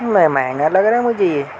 میں مہنگا لگ رہا ہے مجھے یہ